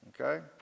Okay